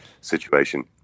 situation